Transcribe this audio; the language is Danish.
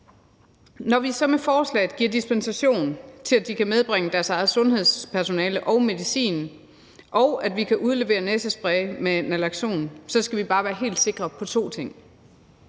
Når vi så med forslaget giver dispensation til, at de kan medbringe deres eget sundhedspersonale og medicin, og at vi kan udlevere næsespray med naloxon, skal vi bare være helt sikre på to ting: